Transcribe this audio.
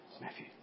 Matthew